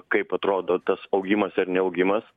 kaip atrodo tas augimas ir ne augimas